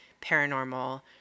paranormal